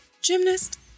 Gymnast